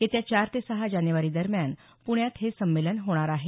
येत्या चार ते सहा जानेवारी दरम्यान प्ण्यात हे संमेलन होणार आहे